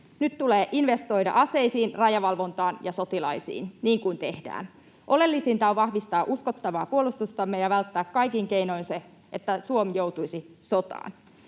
Nyt tulee investoida aseisiin, rajavalvontaan ja sotilaisiin, niin kuin tehdään. Oleellisinta on vahvistaa uskottavaa puolustustamme ja välttää kaikin keinoin se, että Suomi joutuisi sotaan.